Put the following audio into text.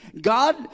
God